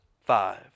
five